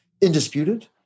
indisputed